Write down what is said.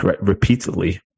repeatedly